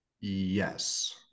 Yes